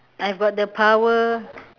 I've got the power